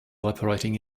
operating